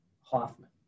Hoffman